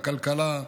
בכלכלה,